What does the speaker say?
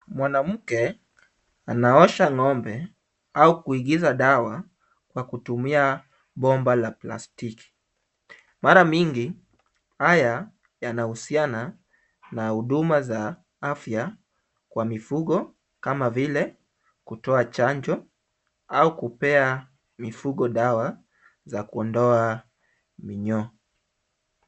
Mwanamke anaosha ng'ombe au kuingiza dawa kwa kutumia bomba la plastiki. Mara mingi haya yanahusiana na huduma za afya kwa mifugo kama vile, kutoa chanjo au kupea mifugo dawa za kuondoa minyoo.